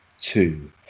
two